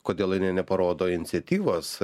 kodėl jinai neparodo iniciatyvos